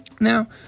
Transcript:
Now